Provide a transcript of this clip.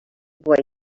boy